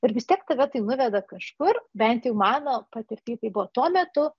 ir vis tiek tave tai nuveda kažkur bent jau mano patirtį tai buvo tuo metu